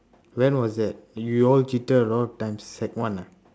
when was that we all cheated a lot of times sec one ah